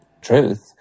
Truth